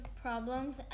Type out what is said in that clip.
problems